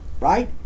right